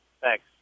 Thanks